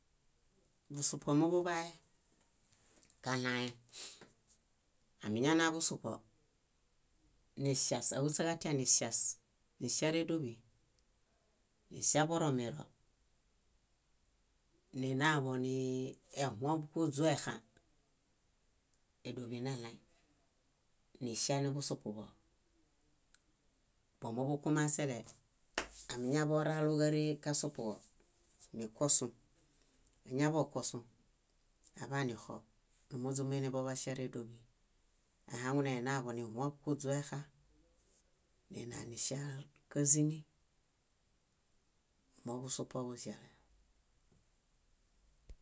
. Busupo mobuḃae kaɭayen. Amiñanaḃusupo niŝias, áhuśaġatia niŝias, níŝiaredoḃi, niŝiar boromiro, ninaḃonihuõb kuźũexã édoḃi neɭaĩ, niŝianiḃusupuḃo. Bomoḃukomasele amiñaḃoraloġaree kasupuġo, nikuosu. Añaḃokuosu, aḃanixo, númuźumuiniboḃaŝiaredoḃi. Ahaŋune ninaḃonihuõṗ kuźũexã, ninaniŝiar kázini. Moḃusupoḃuĵale.